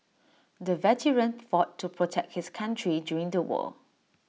the veteran fought to protect his country during the war